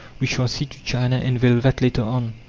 we shall see to china and velvet later on.